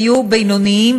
היו בינוניים,